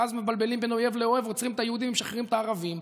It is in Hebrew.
ואז מבלבלים בין אויב לאוהב ועוצרים את היהודים ומשחררים את הערבים?